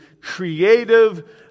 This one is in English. creative